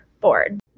board